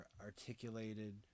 articulated